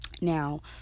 now